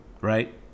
right